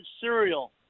cereal